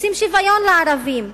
רוצים שוויון לערבים,